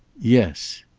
yes.